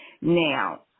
Now